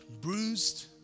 bruised